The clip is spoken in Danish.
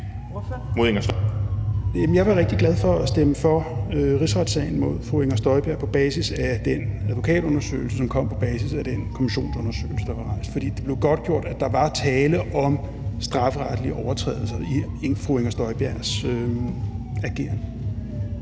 jeg var rigtig glad for at stemme for rigsretssagen mod fru Inger Støjberg på basis af den advokatundersøgelse, som kom på basis af den kommissionsundersøgelse, der var rejst, fordi det blev godtgjort, at der var tale om strafferetlige overtrædelser i fru Inger Støjbergs ageren.